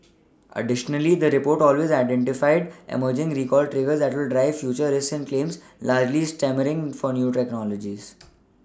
additionally the report also identified emerging recall triggers that will drive future risks and claims largely stemming from new technologies